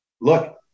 look